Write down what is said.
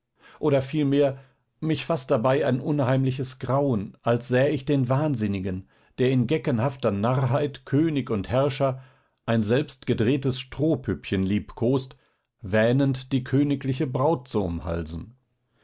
oder vielmehr mich faßt dabei ein unheimliches grauen als säh ich den wahnsinnigen der in geckenhafter narrheit könig und herrscher ein selbst gedrehtes strohpüppchen liebkost wähnend die königliche braut zu umhalsen